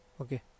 okay